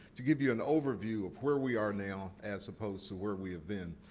to give you an overview of where we are, now, as opposed to where we have been.